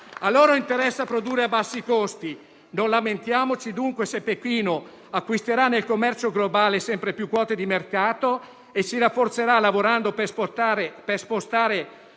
A loro interessa produrre a bassi costi. Non lamentiamoci dunque se Pechino acquisterà nel commercio globale sempre più quote di mercato e si rafforzerà, lavorando per spostare